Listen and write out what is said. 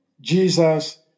Jesus